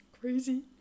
Crazy